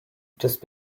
just